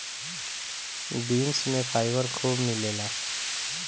beans में fibre खूब मिलेला